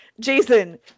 Jason